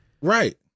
right